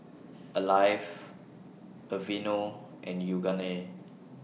Alive Aveeno and Yoogane